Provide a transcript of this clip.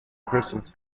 christmas